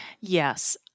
Yes